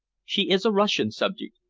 she is a russian subject,